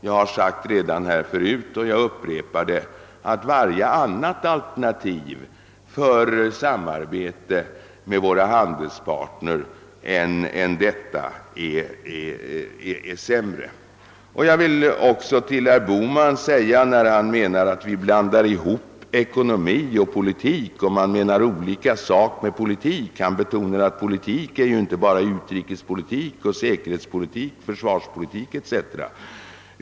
Det har sagts redan här förut, och jag upprepar att varje annat alternativ för samarbete med våra handelspartner än detta är sämre. Jag vill också till herr Bohman säga några ord med anledning av att han gör gällande, att vi blandar ihop ekonomi med politik och att man menar olika saker med politik. Han betonar att politik inte bara är utrikespolitik, säkerhetspolitik, försvarspolitik = etc.